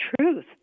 truth